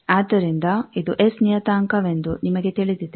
ಆದ್ದರಿಂದ ಇದು ಎಸ್ ನಿಯತಾಂಕವೆಂದು ನಿಮಗೆ ತಿಳಿದಿದೆ